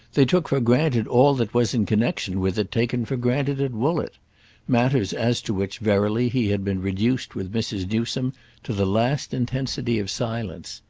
they took for granted all that was in connexion with it taken for granted at woollett matters as to which, verily, he had been reduced with mrs. newsome to the last intensity of silence.